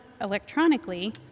electronically